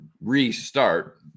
restart